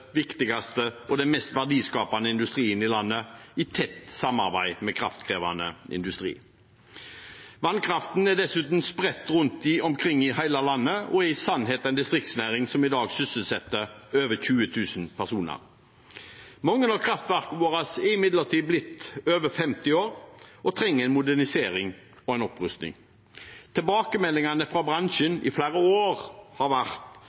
viktigste og mest verdiskapende industrien i landet, i tett samarbeid med kraftkrevende industri. Vannkraften er dessuten spredt rundt omkring i hele landet og er i sannhet en distriktsnæring, som i dag sysselsetter over 20 000 personer. Mange av kraftverkene våre er imidlertid blitt over 50 år og trenger en modernisering og opprustning. Tilbakemeldingene fra bransjen har i flere år vært